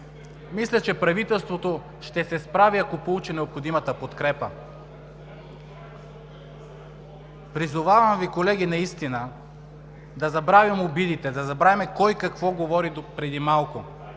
Мисля, че правителството ще се справи, ако получи необходимата подкрепа. (Шум и реплики.) Призовавам Ви, колеги, наистина да забравим обидите, да забравим кой какво говори допреди малко